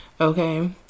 Okay